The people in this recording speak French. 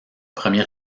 premier